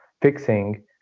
fixing